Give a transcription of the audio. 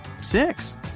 six